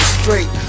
straight